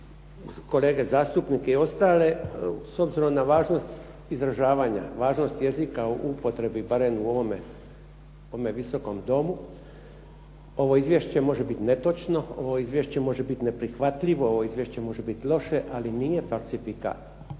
kolege zastupnike i ostale s obzirom na važnost izražavanja, važnost jezika u upotrebi barem u ovome Visokom domu. Ovo izvješće može biti netočno, ovo izvješće može biti neprihvatljivo, ovo izvješće može biti loše ali nije falsifikat.